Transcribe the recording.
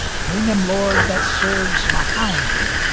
paynim lord that serves mahound!